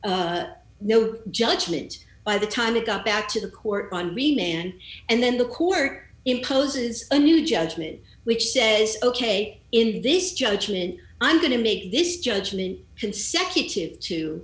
no judgment by the time he got back to the court on remain and then the court imposes a new judgment which says ok in this judgement i'm going to make this judgement consecutive to